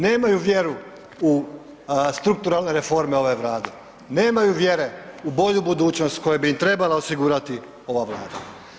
Nemaju vjeru u strukturalne reforme ove vlade, nemaju vjere u bolju budućnost, koja bi im trebala osigurati ova vlada.